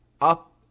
up